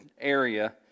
area